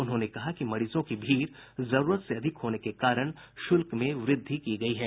उन्होंने कहा कि मरीजों भीड़ जरूरत से अधिक होने के कारण शुल्क में वृद्धि की गयी है